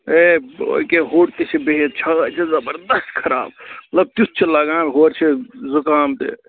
A أکیٛاہ ہوٚٹ تہِ چھُ بِہِتھ چھٲتۍ چھِ زَبردست خراب مطلب تیُتھ چھُ لَگان ہورٕ چھِ زُکام تہِ